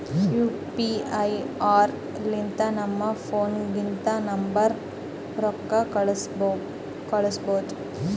you P I app ಲಿಂತ ನಮ್ ಫೋನ್ನಾಗಿಂದ ನಂಬರ್ಗ ರೊಕ್ಕಾ ಕಳುಸ್ಬೋದ್